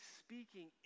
speaking